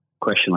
question